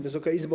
Wysoka Izbo!